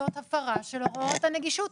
זאת הפרה של הוראות הנגישות.